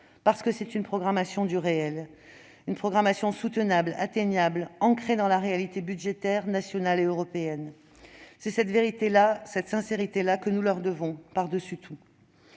parce que c'est une programmation du réel, une programmation soutenable, atteignable, ancrée dans notre réalité budgétaire, nationale et européenne. C'est cette vérité-là, cette sincérité-là, que nous leur devons par-dessus tout.